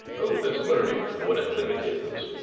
o! this learning, what a thing it is.